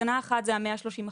הגנה אחת היא ה-130 אחוז,